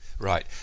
Right